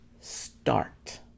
start